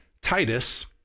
Titus